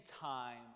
time